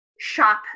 shop